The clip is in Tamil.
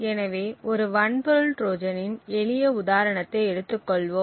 எனவே ஒரு வன்பொருள் ட்ரோஜனின் எளிய உதாரணத்தை எடுத்துக்கொள்வோம்